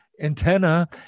antenna